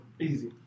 Easy